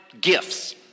gifts